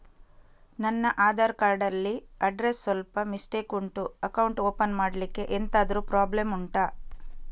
ನನ್ನ ಆಧಾರ್ ಕಾರ್ಡ್ ಅಲ್ಲಿ ಅಡ್ರೆಸ್ ಸ್ವಲ್ಪ ಮಿಸ್ಟೇಕ್ ಉಂಟು ಅಕೌಂಟ್ ಓಪನ್ ಮಾಡ್ಲಿಕ್ಕೆ ಎಂತಾದ್ರು ಪ್ರಾಬ್ಲಮ್ ಉಂಟಾ